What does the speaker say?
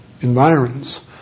environments